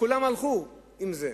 כולם הלכו עם זה.